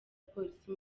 polisi